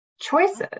choices